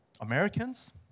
Americans